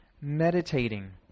meditating